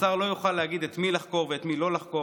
השר לא יוכל להגיד את מי לחקור ואת מי לא לחקור,